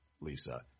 Lisa